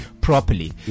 properly